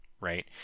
right